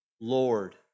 Lord